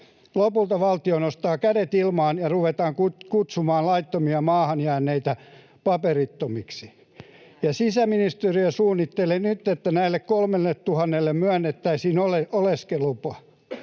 Lopulta valtio nostaa kädet ilmaan ja ruvetaan kutsumaan laittomasti maahan jääneitä paperittomiksi. Ja sisäministeriö suunnittelee nyt, että näille 3 000:lle myönnettäisiin oleskelulupa.